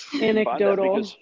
Anecdotal